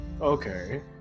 Okay